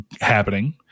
happening